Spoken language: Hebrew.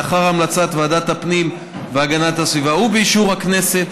לאחר המלצת ועדת הפנים והגנת הסביבה ובאישור הכנסת,